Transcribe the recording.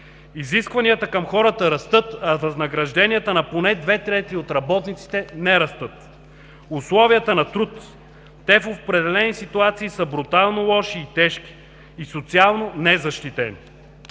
Изискванията към хората растат, а възнагражденията на поне две трети от работниците не растат. Условията на труд в определени ситуации са брутално лоши и тежки, и социално незащитени.